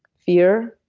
fear,